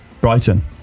Brighton